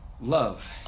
love